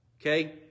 okay